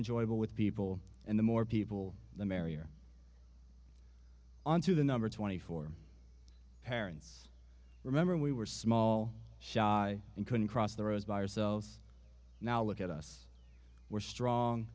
enjoyable with people and the more people the merrier on to the number twenty four parents remember we were small shy and couldn't cross the road by ourselves now look at us we're strong